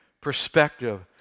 perspective